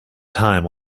time